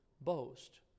boast